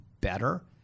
better